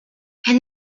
and